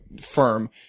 firm